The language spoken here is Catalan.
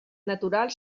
natural